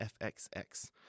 FXX